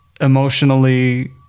emotionally